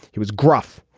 he was gruff,